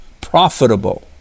Profitable